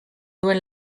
duen